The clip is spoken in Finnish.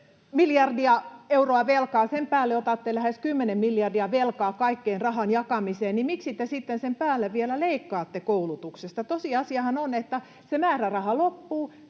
miljardia euroa velkaa, ja sen päälle otatte lähes 10 miljardia velkaa kaikkeen rahan jakamiseen, niin miksi te sitten sen päälle vielä leikkaatte koulutuksesta? Tosiasiahan on, että se määräraha loppuu,